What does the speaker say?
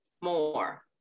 more